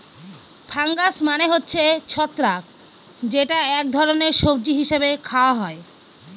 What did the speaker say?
fungus মানে হচ্ছে ছত্রাক যেটা এক ধরনের সবজি হিসেবে খাওয়া হয়